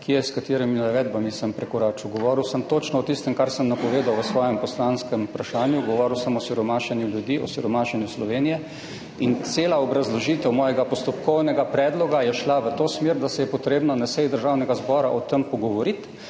kje, s katerimi navedbami sem prekoračil. Govoril sem točno o tistem, kar sem napovedal v svojem poslanskem vprašanju, govoril sem o siromašenju ljudi, o siromašenju Slovenije. In cela obrazložitev mojega postopkovnega predloga je šla v to smer, da se je potrebno na seji Državnega zbora o tem pogovoriti